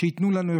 שייתנו לנו,